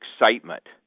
excitement